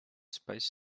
space